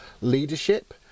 leadership